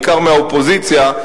בעיקר מהאופוזיציה,